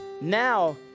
now